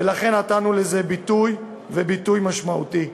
ולכן נתנו לזה ביטוי, וביטוי משמעותי.